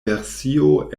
versio